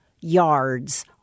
yards